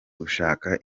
gushaka